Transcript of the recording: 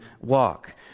walk